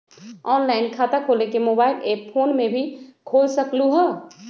Online खाता खोले के मोबाइल ऐप फोन में भी खोल सकलहु ह?